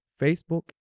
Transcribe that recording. Facebook